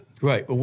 Right